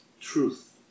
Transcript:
truth